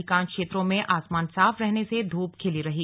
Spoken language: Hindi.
अधिकांश क्षेत्रों में आसमान साफ रहने से धूप खिली रही